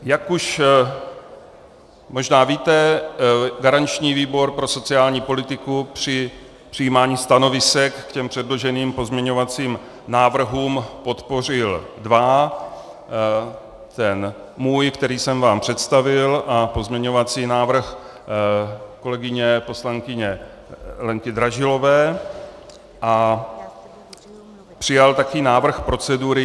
Jak už možná víte, garanční výbor pro sociální politiku při přijímání stanovisek k předloženým pozměňovacím návrhům podpořil dva, ten můj, který jsem vám představil, a pozměňovací návrh kolegyně poslankyně Lenky Dražilové a přijal také návrh procedury.